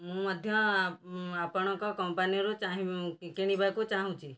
ମୁଁ ମଧ୍ୟ ଆପଣଙ୍କ କମ୍ପାନୀରୁ ଚାହିଁ କିଣିବାକୁ ଚାହୁଁଛି